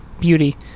beauty